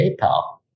PayPal